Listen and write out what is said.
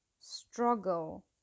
struggle